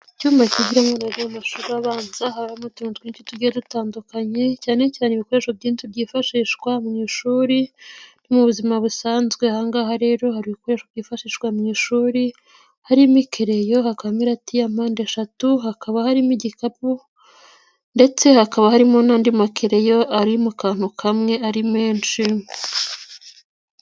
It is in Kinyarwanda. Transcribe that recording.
Icyumba kigiramo aban bo mu mashuri abanza hari n'utuntu twinshi tugiye dutandukanye cyanecyane ibikoresho byinshi byifashishwa mu ishuri mu buzima busanzwe. Ahangaha rero hari ibikoresho byifashihswa mu ishuri harimo ikerereyo, hakaba harimo mira tia mpande eshatu hakaba harimo igikapu ndetse hakaba harimo n'andi makereyo ari mu kantu kamwe ari menshi